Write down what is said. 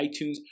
iTunes